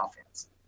offense